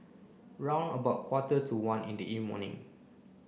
round about quarter to one in the morning